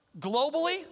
globally